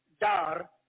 dar